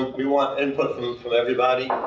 we want input from everybody,